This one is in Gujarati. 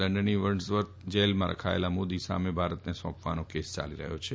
લંડનની વંડસવર્થ જેલમાં રખાયેલા મોદી સામે ભારતને સોંપવાનો કેસ યાલી રહ્યો છે